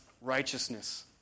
righteousness